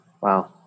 Wow